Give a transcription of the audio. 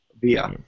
via